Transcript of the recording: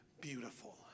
beautiful